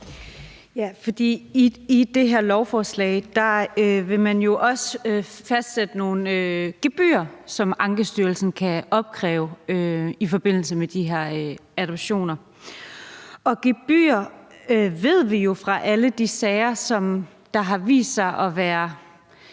i det her lovforslag vil man jo også fastsætte nogle gebyrer, som Ankestyrelsen kan opkræve i forbindelse med de her adoptioner. Vi ved jo fra alle de sager, som har vist sig at